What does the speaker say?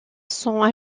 sans